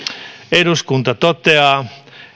eduskunta toteaa